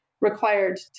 required